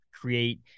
create